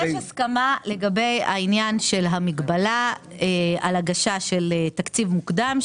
יש הסכמה לגבי עניין המגבלה על הגשת תקציב מוקדם,